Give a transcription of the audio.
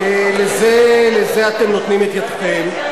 ולזה, לזה, אתם נותנים את ידכם.